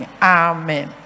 Amen